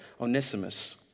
Onesimus